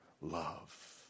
love